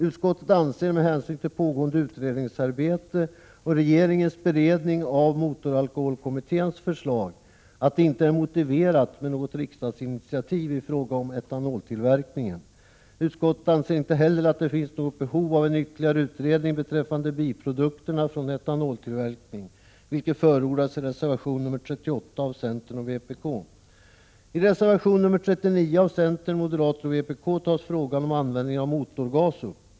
Utskottet anser med hänsyn till pågående utredningsarbete och regeringens beredning av motoralkoholkommitténs förslag att det inte är motiverat med något riksdagsinitiativ i fråga om etanoltillverkningen. Utskottet anser inte heller att det finns något behov av en ytterligare utredning beträffande biprodukterna från etanoltillverkning, vilket förordas i reservation 38 av centern och vpk. I reservation 39 av centern, moderaterna och vpk tas frågan om användning av motorgas upp.